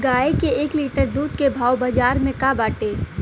गाय के एक लीटर दूध के भाव बाजार में का बाटे?